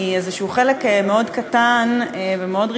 היא חלק מאוד קטן ומאוד ראשוני,